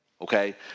okay